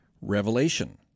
Revelation